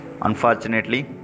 unfortunately